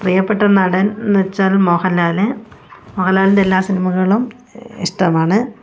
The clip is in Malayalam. പ്രിയപ്പെട്ട നടൻ എന്ന് വെച്ചാൽ മോഹൻലാൽ മോഹൻലാലിൻ്റെ എല്ലാ സിനിമകളും ഇഷ്ടമാണ്